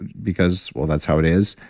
because? well, that's how it is.